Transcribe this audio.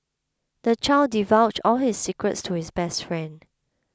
the child divulged all his secrets to his best friend